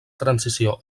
transició